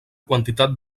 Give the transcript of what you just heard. quantitat